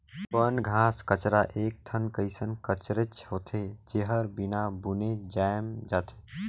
बन, घास कचरा एक ठन कइसन कचरेच होथे, जेहर बिना बुने जायम जाथे